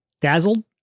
dazzled